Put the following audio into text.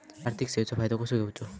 आर्थिक सेवाचो फायदो कसो घेवचो?